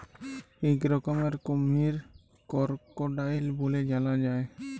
ইক রকমের কুমহির করকোডাইল ব্যলে জালা যায়